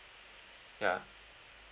yeah